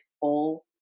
full